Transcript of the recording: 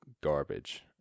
garbage